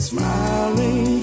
Smiling